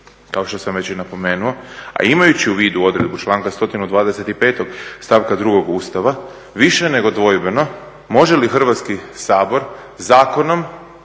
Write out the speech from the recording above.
kao što sam već i napomenuo, a imajući u vidu odredbu članka 125. stavka 2. Ustava, više nego dvojbeno može li Hrvatski sabor zakonom